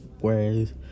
whereas